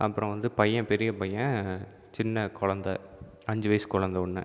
அப்புறம் வந்து பையன் பெரிய பையன் சின்ன கொழந்தை அஞ்சு வயசு கொழந்தை ஒன்று